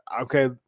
Okay